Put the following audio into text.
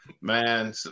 Man